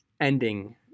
ending